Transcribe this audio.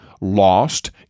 Lost